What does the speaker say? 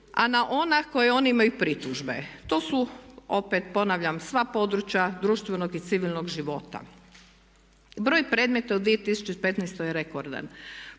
a na ona koja imaju pritužbe. To su opet ponavljam sva područja društvenog i civilnog života. Broj predmeta u 2015. je rekordan.